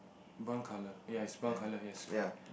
brown colour ya is brown colour yes correct